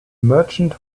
merchant